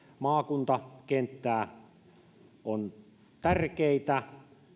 maakuntakenttää ovat tärkeitä